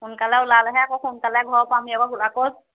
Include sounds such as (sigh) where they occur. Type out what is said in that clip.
সোনকালে ওলালেহে আকৌ সোনকালে ঘৰ পামহি (unintelligible)